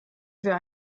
wir